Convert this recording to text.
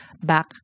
back